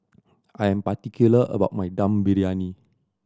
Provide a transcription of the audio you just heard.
I am particular about my Dum Briyani